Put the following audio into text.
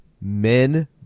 Men